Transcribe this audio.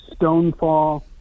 stonefall